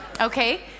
okay